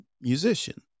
musician